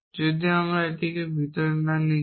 যদি আমি এটিকে ভিতরে না নিয়ে থাকি